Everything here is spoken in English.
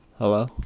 Hello